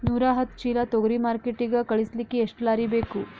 ನೂರಾಹತ್ತ ಚೀಲಾ ತೊಗರಿ ಮಾರ್ಕಿಟಿಗ ಕಳಸಲಿಕ್ಕಿ ಎಷ್ಟ ಲಾರಿ ಬೇಕು?